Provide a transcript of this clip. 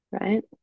right